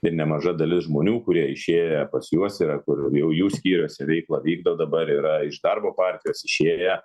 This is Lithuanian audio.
ir nemaža dalis žmonių kurie išėję pas juos yra kur jau jų skyriuose veiklą vykdo dabar yra iš darbo partijos išėję